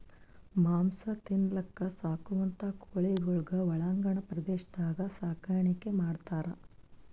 ಮಾಂಸ ತಿನಲಕ್ಕ್ ಸಾಕುವಂಥಾ ಕೋಳಿಗೊಳಿಗ್ ಒಳಾಂಗಣ ಪ್ರದೇಶದಾಗ್ ಸಾಕಾಣಿಕೆ ಮಾಡ್ತಾರ್